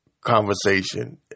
conversation